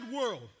world